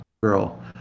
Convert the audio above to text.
girl